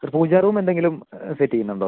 പൂജാ റൂമെന്തെങ്കിലും സെറ്റ് ചെയ്യുന്നുണ്ടോ